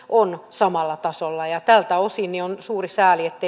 on samalla tasolla ja tältä osin jo on suuri sääli ette